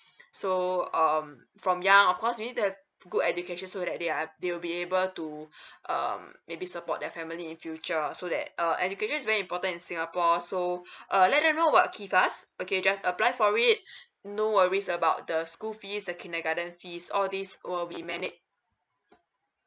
so um from young of course you need to have good education so that they are they will be able to um maybe support their family in future so that uh education is very important in singapore so uh let them know about KIFAS okay just apply for it no worries about the school fees the kindergarten fees all these will be mana~